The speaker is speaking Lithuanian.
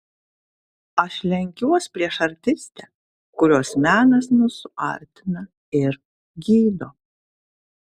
aš lenkiuos prieš artistę kurios menas mus suartina ir gydo